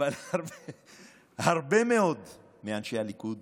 הרבה מאוד מאנשי הליכוד